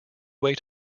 way